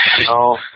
No